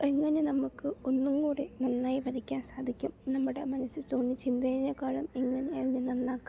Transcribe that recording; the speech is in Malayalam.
ഇങ്ങനെ നമുക്ക് ഒന്നുകൂടി നന്നായി വരയ്ക്കാൻ സാധിക്കും നമ്മുടെ മനസ്സിൽ തോന്നുന്നുന്ന ചിന്തയെക്കാളും എങ്ങിനെ ഇത് നന്നാക്കാം